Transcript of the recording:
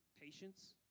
Patience